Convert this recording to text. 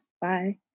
Bye